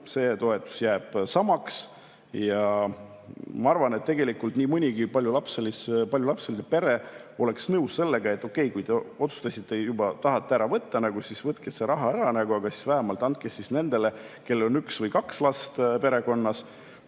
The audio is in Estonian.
see toetus jääb samaks. Ma arvan, et nii mõnigi paljulapseline pere oleks nõus sellega, et okei, kui te otsustasite juba, tahate ära võtta, siis võtke see raha ära, aga siis vähemalt andke nendele, kellel on üks või kaks last perekonnas.